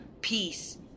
Peace